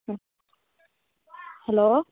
ம் ஹலோ